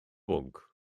bwnc